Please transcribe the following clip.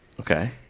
Okay